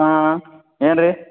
ಹಾಂ ಏನು ರೀ